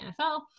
NFL